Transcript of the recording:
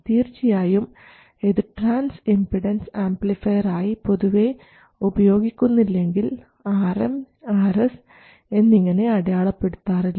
തീർച്ചയായും ഇത് transimpedance amplifier ആയി പൊതുവേ ഉപയോഗിക്കുന്നില്ലെങ്കിൽ Rm Rs എന്നിങ്ങനെ അടയാളപ്പെടുത്താറില്ല